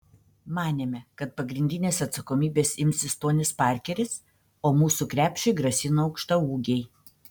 manėme kad pagrindinės atsakomybės imsis tonis parkeris o mūsų krepšiui grasino aukštaūgiai